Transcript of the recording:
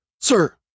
sir